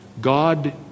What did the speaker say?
God